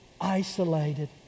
isolated